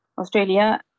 Australia